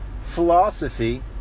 philosophy